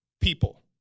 people